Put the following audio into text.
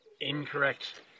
Incorrect